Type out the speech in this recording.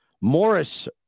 Morris